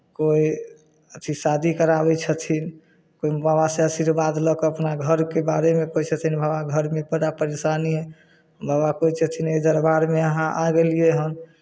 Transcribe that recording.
कोइ अथी शादी कराबै छथिन कोइ बाबासँ आशिर्वाद लऽ कऽ अपना घरके बारेमे कहै छथिन बाबा घरमे बड़ा परेशानी हइ बाबा कहै छथिन एहि दरबारमे अहाँ आ गेलियै हन